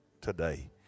today